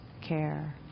care